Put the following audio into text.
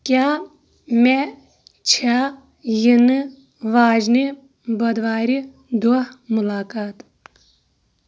کیٛاہ مےٚ چھا یِنہٕ واجنہِ بودوارِ دۄہ مُلاقات